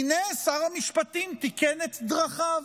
הינה, שר המשפטים תיקן את דרכיו.